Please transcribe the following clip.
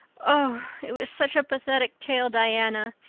oh, it was such a pathetic tale, diana.